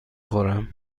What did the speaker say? خورم